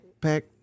pack